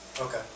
okay